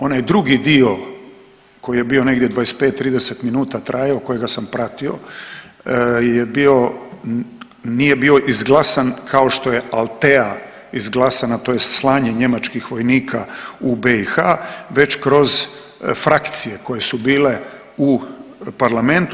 Onaj drugi dio koji je bio negdje 25, 30 minuta trajao kojega sam pratio je bio, nije bio izglasan kao što je ALTEA izglasana tj. slanje njemačkih vojnika u BiH, već kroz frakcije koje su bile u Parlamentu.